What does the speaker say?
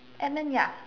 and then ya